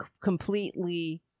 completely